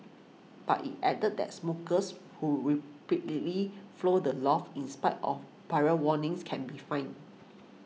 but it added that smokers who repeatedly flout the laugh in spite of prior warnings can be fined